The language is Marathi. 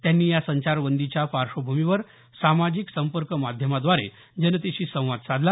त्यांनी या संचारबंदीच्या पार्श्वभूमीवर सामाजिक संपर्क माध्यमाद्वारे जनतेशी संवाद साधला